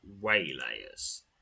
Waylayers